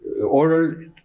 oral